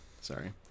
Sorry